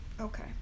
Okay